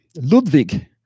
Ludwig